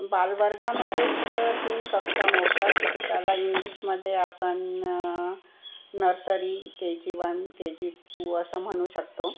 बालवर्गामध्येच तीन कक्षा मोडतात ज्याला इंग्लिशमध्ये आपण nursery K G one K G two असं म्हणू शकतो